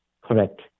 Correct